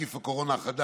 נגיף הקורונה החדש)